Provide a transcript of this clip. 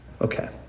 Okay